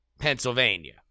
Pennsylvania